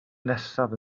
nesaf